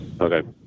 okay